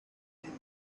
zielt